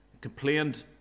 complained